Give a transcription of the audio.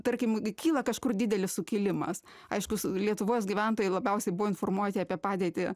tarkim kyla kažkur didelis sukilimas aiškus lietuvos gyventojai labiausiai buvo informuoti apie padėtį